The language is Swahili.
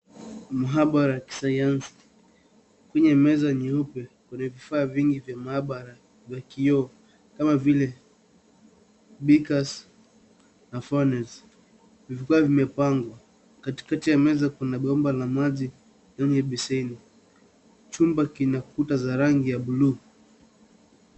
Maabara ya kisayansi. Juu ya meza nyeupe kuna vifaa vingi vya maabara vya kioo kama vile beakers na funnels vikiwa vimepangwa. Katikati ya meza kuna bomba la maji yenye beseni. Chumba kina kuta za rangi ya buluu.